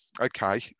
okay